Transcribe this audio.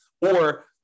Or-